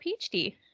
PhD